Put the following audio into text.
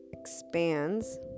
expands